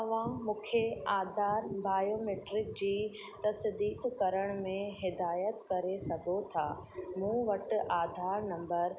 त मूंखे आधार बायोमेट्रिक जी तसिदीकु करण में हिदाइतु करे सघो था मूं वटु आधार नम्बर